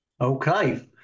Okay